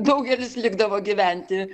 daugelis likdavo gyventi